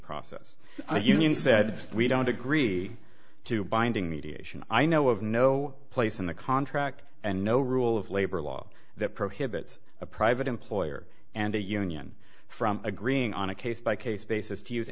process the union said we don't agree to binding mediation i know of no place in the contract and no rule of labor law that prohibits a private employer and a union from agreeing on a case by case basis to use